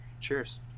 Cheers